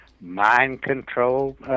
mind-control